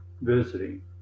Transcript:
visiting